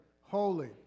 holy